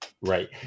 right